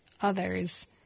others